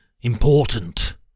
important